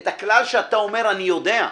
את הכלל שאתה אומר אני יודע.